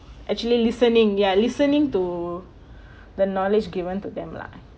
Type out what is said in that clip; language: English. actually listening ya listening to the knowledge given to them lah